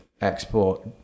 export